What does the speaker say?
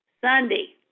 Sunday